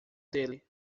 dele